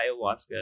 ayahuasca